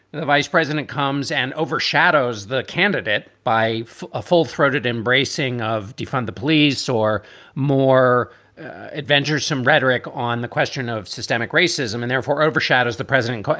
the vice president comes and overshadows the candidate by a full throated embracing of defund the police or more adventuresome rhetoric on the question of systemic racism and therefore overshadows the president,